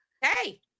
Hey